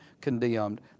condemned